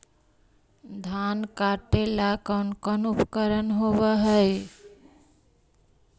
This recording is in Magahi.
धान काटेला कौन कौन उपकरण होव हइ?